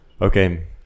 Okay